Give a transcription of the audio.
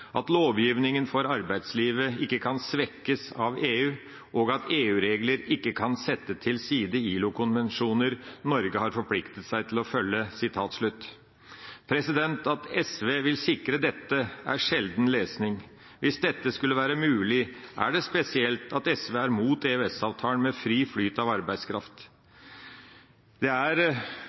at lovgivningen for arbeidslivet ikke kan svekkes av EU og at EU-regler ikke kan sette til side ILO-konvensjoner Norge har forpliktet seg til å følge». At SV vil sikre dette, er sjelden lesning. Hvis dette skulle være mulig, er det spesielt at SV er mot EØS-avtalen om fri flyt av arbeidskraft. Det er